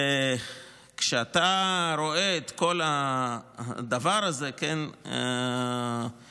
כשאתה רואה את כל הדבר הזה אגב,